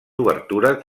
obertures